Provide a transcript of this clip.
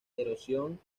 erosión